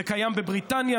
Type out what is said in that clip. זה קיים בבריטניה,